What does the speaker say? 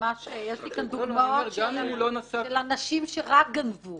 יש לי כאן דוגמאות של אנשים שרק גנבו